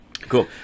Cool